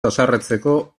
haserretzeko